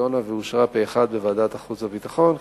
שנדונה ואושרה פה אחד בוועדת החוץ והביטחון,